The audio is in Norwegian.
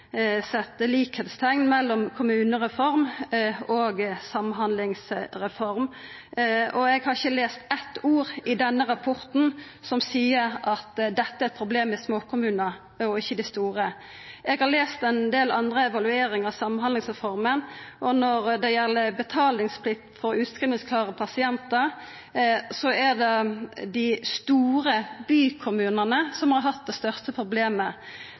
set likskapsteikn mellom kommunereform og samhandlingsreform. Eg har ikkje lese eitt ord i denne rapporten som seier at dette er eit problem i småkommunar og ikkje i dei store. Eg har lese ein del andre evalueringar av samhandlingsreforma, og når det gjeld betalingsplikt for utskrivingsklare pasientar, er det dei store bykommunane som har hatt det største problemet.